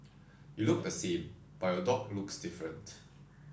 you look the same but your dog looks different